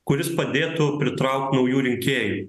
kuris padėtų pritraukt naujų rinkėjų